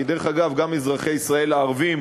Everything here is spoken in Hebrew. כי דרך אגב גם אזרחי ישראל הערבים